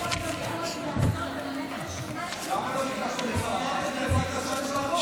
הרגשה שאתה מתמקד בי היום.